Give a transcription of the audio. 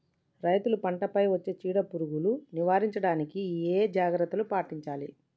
రైతులు పంట పై వచ్చే చీడ పురుగులు నివారించడానికి ఏ జాగ్రత్తలు పాటించాలి?